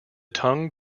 tongue